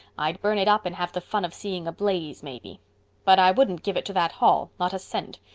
i'd burn it up and have the fun of seeing a blaze maybe but i wouldn't give it to that hall, not a cent.